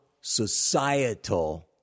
societal